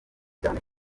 cyane